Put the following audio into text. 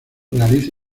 realiza